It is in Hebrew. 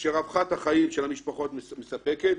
כאשר רווחת החיים של המשפחות מספקת,